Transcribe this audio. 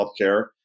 healthcare